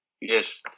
Yes